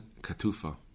Katufa